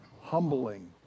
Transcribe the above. Humbling